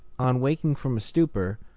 on waking from stupor,